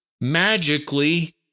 Magically